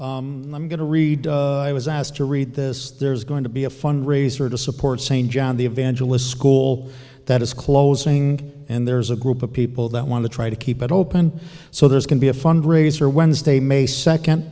chair i'm going to read i was asked to read this there's going to be a fundraiser to support st john the evangelist school that is closing and there's a group of people that want to try to keep it open so this can be a fundraiser wednesday may second